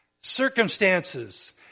Circumstances